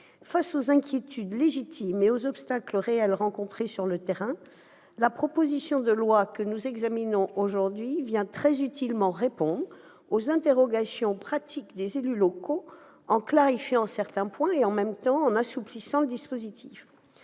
Face aux inquiétudes légitimes et aux obstacles réels rencontrés sur le terrain, la proposition de loi que nous examinons cet après-midi vient très utilement répondre aux interrogations pratiques des élus locaux en clarifiant certains points et, en même temps, en assouplissant le dispositif.